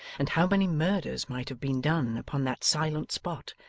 and how many murders might have been done, upon that silent spot,